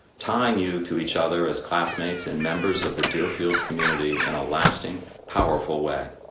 tying you to each other as classmates and members of the deerfield community in a lasting, powerful way.